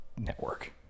network